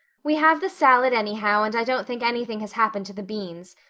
we have the salad anyhow and i don't think anything has happened to the beans.